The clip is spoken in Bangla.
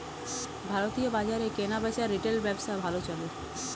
ভারতীয় বাজারে কেনাবেচার রিটেল ব্যবসা ভালো চলে